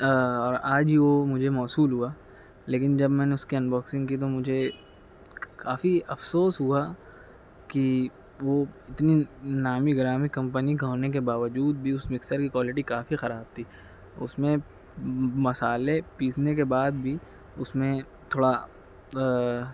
اور آج ہی وہ مجھے موصول ہوا لیکن جب میں نے اس کی ان باکسنگ کی تو مجھے کافی افسوس ہوا کہ وہ اتنی نامی گرامی کمپنی کا ہونے کے باوجود بھی اس مکسر کی کوالٹی کافی خراب تھی اس میں مصالحے پیسنے کے بعد بھی اس میں تھوڑا